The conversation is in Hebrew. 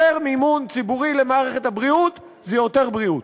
יותר מימון ציבורי למערכת הבריאות זה יותר בריאות.